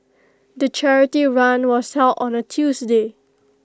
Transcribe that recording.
the charity run was held on A Tuesday